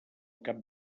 cap